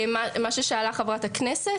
מה ששאלה חברת הכנסת,